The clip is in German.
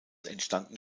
entstanden